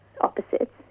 opposites